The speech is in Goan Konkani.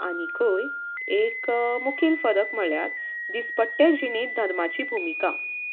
आनीकय एक मुखेल फरक म्हळ्यार दिसपट्ट्या जिणेंत धर्माची भुमिका